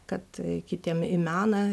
kad kitiem į meną